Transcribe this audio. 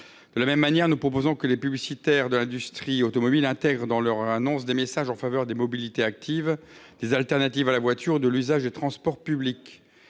De la même manière, nous proposons que les publicitaires de l'industrie automobile intègrent dans leurs annonces des messages en faveur des mobilités actives ou des alternatives à la voiture, comme l'usage des transports publics.